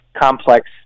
complex